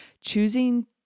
choosing